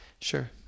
Sure